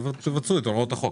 אז תבצעו את הוראות החוק.